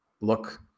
look